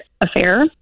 affair